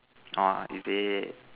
orh is it